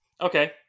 Okay